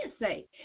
say